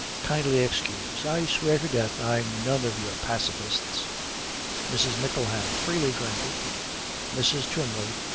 kindly excuse. i swear to death i'm none of your pacifists mrs. mickleham. freely granted mrs. twymley.